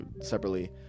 separately